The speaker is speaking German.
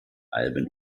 alben